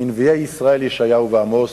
מנביאי ישראל ישעיהו ועמוס,